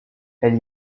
elle